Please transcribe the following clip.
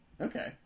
Okay